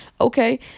okay